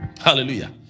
Hallelujah